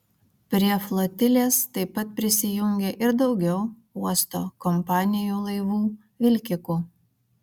prie flotilės taip pat prisijungė ir daugiau uosto kompanijų laivų vilkikų